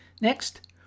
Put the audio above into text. Next